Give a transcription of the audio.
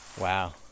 Wow